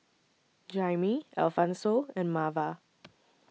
Jaimie Alphonso and Marva